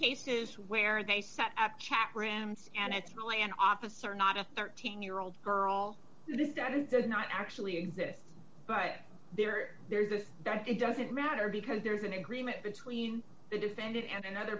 cases where they set up chat rooms and it's really an officer not a thirteen year old girl does that not actually exist but there there is that it doesn't matter because there's an agreement between the defendant and the other